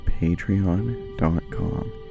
patreon.com